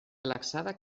relaxada